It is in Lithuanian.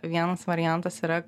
vienas variantas yra